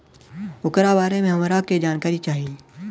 ओकरा बारे मे हमरा के जानकारी चाही?